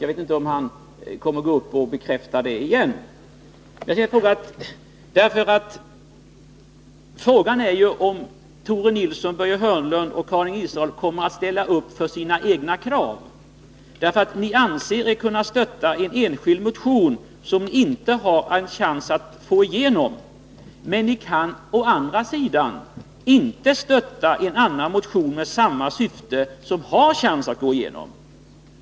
Jag vet inte om han kommer att bekräfta det. Frågan är ju om Tore Nilsson, Börje Hörnlund och Karin Israelsson kommer att ställa upp för sina egna krav. Ni anser er kunna stötta en enskild motion som ni inte har en chans att få igenom, men ni vill inte stötta en annan motion med samma syfte som har en chans att gå igenom.